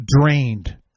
drained